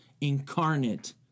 incarnate